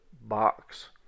box